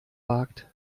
wagt